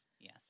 Yes